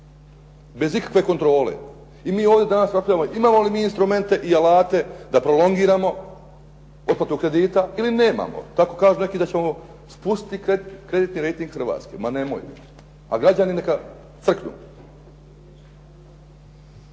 bez ikakve kontrole. I mi ovdje danas raspravljamo imamo li mi instrumente i alate da prolongiramo otplatu kredita ili nemamo. Tako kažu neki da ćemo spustiti kreditni rejting Hrvatske. Ma nemojte, a građani neka crknu.